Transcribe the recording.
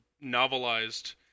novelized